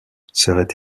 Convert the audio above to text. serait